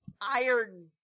iron